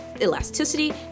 elasticity